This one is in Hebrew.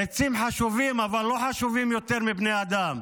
עצים חשובים אבל לא חשובים יותר מבני אדם.